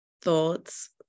thoughts